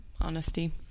honesty